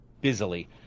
busily